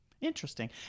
interesting